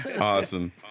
Awesome